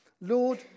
Lord